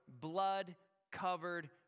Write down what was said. blood-covered